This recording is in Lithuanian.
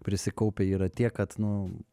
prisikaupę yra tiek kad nu